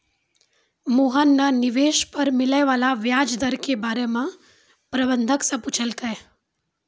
मोहन न निवेश पर मिले वाला व्याज दर के बारे म प्रबंधक स पूछलकै